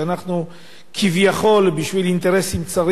שאנחנו כביכול בשביל אינטרסים צרים